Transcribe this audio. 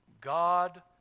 God